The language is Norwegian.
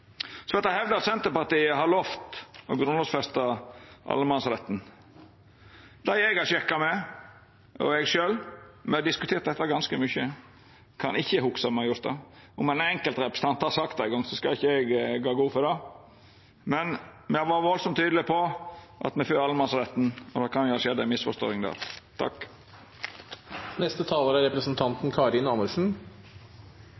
Så vert det hevda at Senterpartiet har lovt å grunnlovfesta allemannsretten. Dei eg har sjekka med, og eg sjølv, har diskutert dette ganske mykje, og me kan ikkje hugsa at me har gjort det. Om ein enkeltrepresentant har sagt det ein gong, så skal ikkje eg gå god for det. Men me har vore veldig tydelege på at me er for allemannsretten, og det kan jo ha skjedd ei misforståing der. Til det siste: Det er